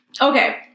Okay